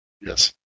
Yes